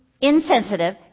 insensitive